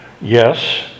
Yes